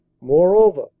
moreover